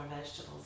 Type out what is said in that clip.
vegetables